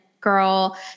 girl